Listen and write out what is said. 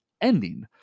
ending